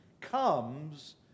comes